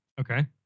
okay